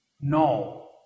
no